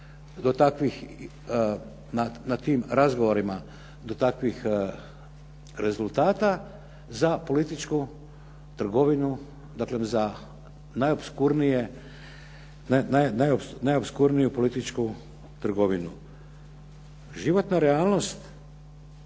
doći na tim razgovorima do takvih rezultata za političku trgovinu, dakle za najopskurniju političku trgovinu. Životna realnost